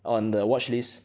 on the watch list